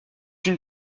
une